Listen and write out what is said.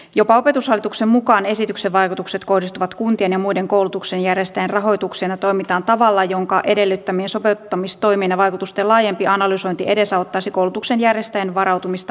jopa opetushallituksen mukaan esityksen vaikutukset kohdistuvat kuntien ja muiden koulutuksen järjestää rahoituksena toimitaan tavalla jonka edellyttämien sopeuttamistoimien ja vaikutusten laajempi analysointi edesauttaisi koulutuksen järjestäjien varautumista